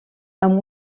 amb